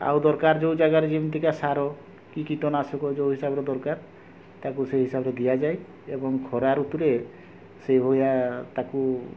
ଆଉ ଦରକାର ଯେଉଁ ଜାଗାରେ ଯେମତିକା ସାର କି କୀଟନାଶକ ଯେଉଁ ହିସାବରେ ଦରକାର ତାକୁ ସେଇ ହିସାବରେ ଦିଆଯାଏ ଏବଂ ଖରା ଋତୁରେ ସେଇଭଳିଆ ତାକୁ